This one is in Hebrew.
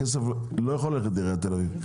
הכסף לא יכול ללכת לעיריית תל אביב.